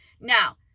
now